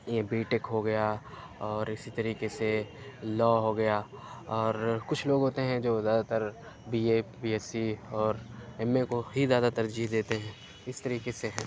یہ B tech ہو گیا اور اسی طریقے سے لا ہو گیا اور کچھ لوگ ہوتے ہیں جو زیادہ تر B A B S C اور ایم اے کو ہی زیادہ ترجیح دیتے ہیں اس طریقے سے ہیں